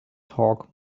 talk